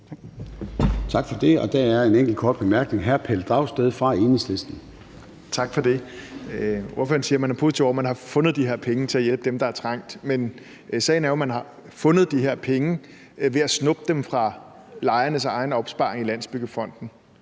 Tak for det. Der er en enkelt kort bemærkning. Hr. Pelle Dragsted fra Enhedslisten. Kl. 14:30 Pelle Dragsted (EL): Tak for det. Ordføreren siger, at man er positiv over, at man har fundet de her penge til at hjælpe dem, der er trængt, men sagen er jo, at man har fundet de her penge ved at snuppe dem fra lejernes egen opsparing i Landsbyggefonden.